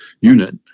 unit